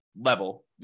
level